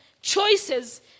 choices